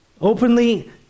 Openly